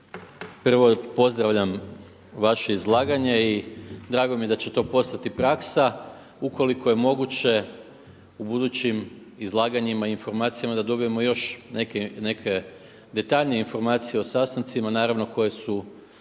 prvo pozdravljam vaše izlaganje i drago mi je da će to postati praksa, ukoliko je moguće u budućim izlaganjima i informacijama da dobijemo još neke detaljnije informacije o sastancima naravno koje su